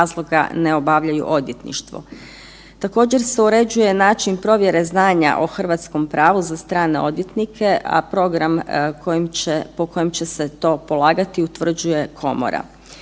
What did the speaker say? ne obavljaju odvjetništvo. Također se uređuje način provjere znanja o hrvatskom pravu za strane odvjetnike, a program po kojem će se to polagati utvrđuje komora.